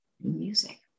music